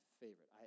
favorite